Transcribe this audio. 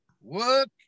work